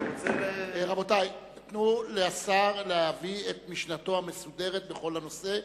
רבותי, תנו לשר להביא את משנתו המסודרת בכל הנושא.